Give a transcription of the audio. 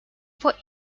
for